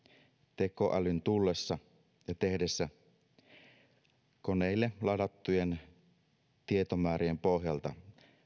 tekoälyn tullessa ja tehdessä diagnooseja koneille ladattujen tietomäärien pohjalta